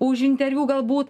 už interviu galbūt